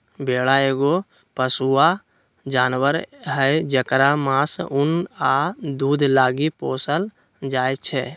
भेड़ा एगो पोसुआ जानवर हई जेकरा मास, उन आ दूध लागी पोसल जाइ छै